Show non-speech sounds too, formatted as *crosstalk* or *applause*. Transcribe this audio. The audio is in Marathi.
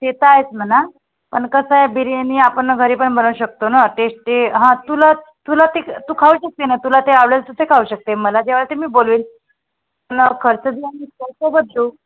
ते तर आहेच म्हणा पण कसं आहे बिर्याणी आपण घरी पण बनवू शकतो नं तेच ते हां तुला तुला ते तू खाऊ शकते ना तुला ते आवडेल तू ते खाऊ शकते मला जेवायला ते मी बोलवेन न खर्च *unintelligible*